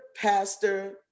pastor